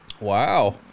Wow